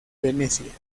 venecia